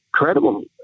incredible